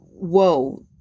whoa